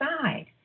side